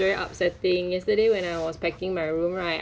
然后我学会做 cheese cake eh